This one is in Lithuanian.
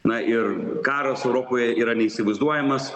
na ir karas europoje yra neįsivaizduojamas